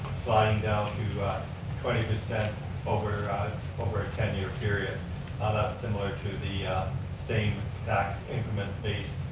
sliding down to twenty percent over over a ten year period. ah that's similar to the same tax increment-based